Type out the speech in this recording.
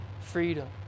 freedom